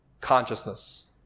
consciousness